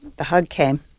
the hug came.